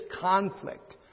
conflict